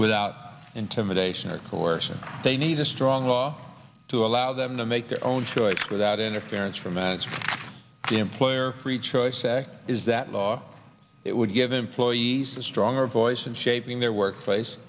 without intimidation or coerce and they need a strong law to allow them to make their own choices without interference from the employer free choice act is that law it would give employees a stronger voice in shaping their workplace